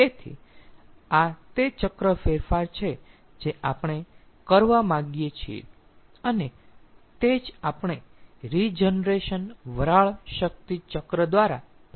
તેથી આ તે ચક્ર ફેરફાર છે જે આપણે કરવા માગીએ છીએ અને તે જ આપણે રીજનરેશન વરાળ શક્તિ ચક્ર દ્વારા પ્રયાસ કરી રહ્યા છીએ